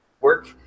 work